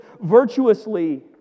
virtuously